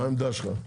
מה העמדה שלך?